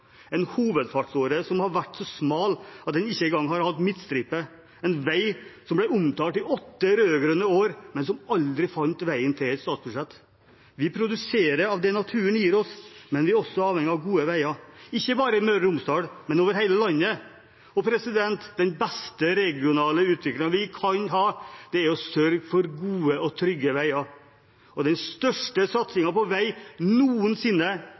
en hovedfartsåre som har vært så smal at den ikke engang har hatt midtstripe – en vei som ble omtalt i åtte rød-grønne år, men som aldri fant veien til et statsbudsjett. Vi produserer av det naturen gir oss, men vi er også avhengige av gode veier – ikke bare i Møre og Romsdal, men over hele landet. Den beste regionale utviklingen vi kan ha, er å sørge for gode og trygge veier. Og den største satsingen på vei noensinne